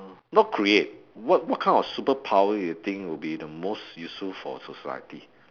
not create what what kind of superpower you think would be the most useful for society